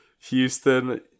Houston